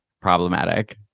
problematic